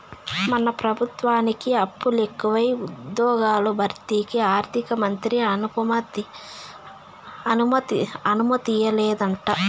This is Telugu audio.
మన పెబుత్వానికి అప్పులెకువై ఉజ్జ్యోగాల భర్తీకి ఆర్థికమంత్రి అనుమతియ్యలేదంట